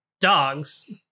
dogs